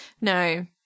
no